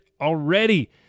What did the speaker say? already